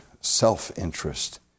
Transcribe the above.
self-interest